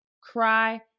cry